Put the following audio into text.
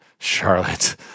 Charlotte